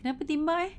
kenapa tembak eh